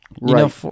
Right